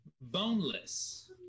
Boneless